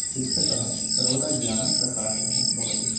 शिक्षकः सर्वदा ज्ञानप्रकाशकः भवति